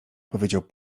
powiedział